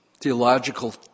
theological